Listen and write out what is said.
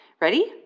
Ready